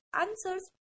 Answers